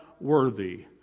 worthy